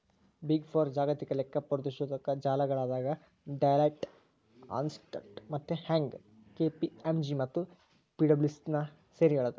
big four ಜಾಗತಿಕ ಲೆಕ್ಕಪರಿಶೋಧಕ ಜಾಲಗಳಾದ ಡೆಲಾಯ್ಟ್, ಅರ್ನ್ಸ್ಟ್ ಮತ್ತೆ ಯಂಗ್, ಕೆ.ಪಿ.ಎಂ.ಜಿ ಮತ್ತು ಪಿಡಬ್ಲ್ಯೂಸಿನ ಸೇರಿ ಹೇಳದು